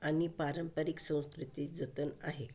आणि पारंपरिक संस्कृती जतन आहे